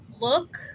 Look